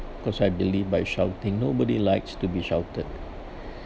because I believe by shouting nobody likes to be shouted